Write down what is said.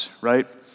right